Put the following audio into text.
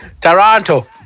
Toronto